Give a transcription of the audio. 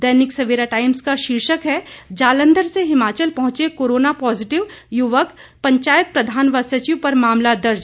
दैनिक Savera times का शीर्षक है जालंधर से हिमाचल पहुंचे कोरोना पॉजिटिव युवक पंचायत प्रधान व सचिव पर मामला दर्ज